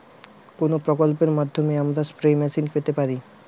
কোন প্রকল্পের মাধ্যমে আমরা স্প্রে মেশিন পেতে পারি?